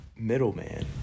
middleman